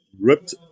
ripped